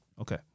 Okay